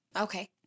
Okay